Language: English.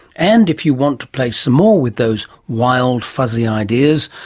and, if you want to play some more with those wild fuzzy ideas,